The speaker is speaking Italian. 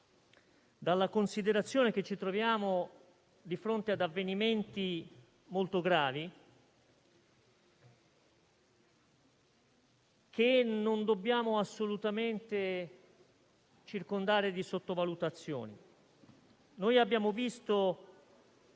dalla considerazione che ci troviamo di fronte ad avvenimenti molto gravi che non dobbiamo assolutamente circondare di sottovalutazioni. Abbiamo visto